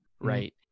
right